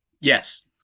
Yes